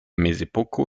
mezepoko